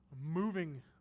moving